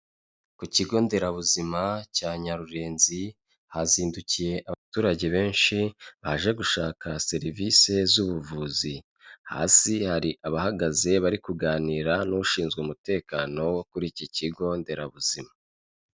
Ku kigo nderabuzima cya Nyarurenzi, hazindukiye abaturage benshi baje gushaka serivisi z'ubuvuzi. Hasi hari abahagaze bari kuganira n'ushinzwe umutekano kuri iki kigo nderabuzima.